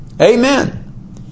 Amen